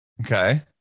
Okay